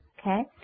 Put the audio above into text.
okay